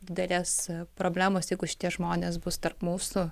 didelės problemos jeigu šitie žmonės bus tarp mūsų